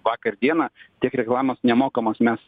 vakar dieną tiek reklamos nemokamos mes